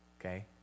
Okay